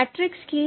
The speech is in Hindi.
मैट्रिक्स की